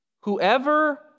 whoever